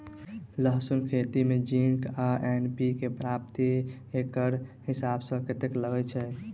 लहसून खेती मे जिंक आ एन.पी.के प्रति एकड़ हिसाब सँ कतेक लागै छै?